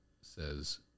says